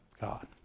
God